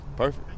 Perfect